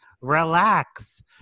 relax